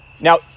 Now